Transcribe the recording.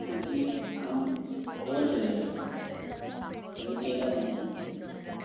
क्योंकि हम हॉलसेलर हैं रिटेलर नहीं हैं